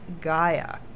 Gaia